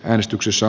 äänestyksissä